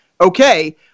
okay